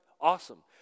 Awesome